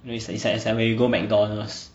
you know it's it's like when you go mcdonald's